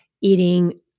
eating